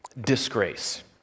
Disgrace